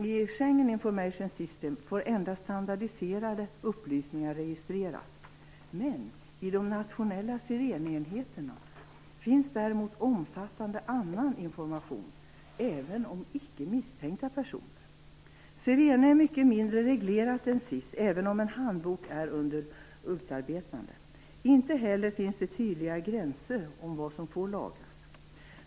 I Schengen Information System får endast standardiserade upplysningar registreras, men i de nationella Sirene-enheterna finns däremot omfattande annan information även om icke misstänkta personer. Sirene är mycket mindre reglerat än SIS, även om en handbok är under utarbetande. Det finns inte heller tydliga gränser för vad som får lagras.